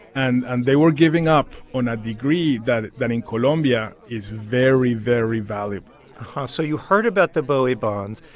and and they were giving up on a degree that that in colombia is very, very valuable so you heard about the bowie bonds.